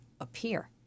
appear